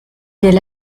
del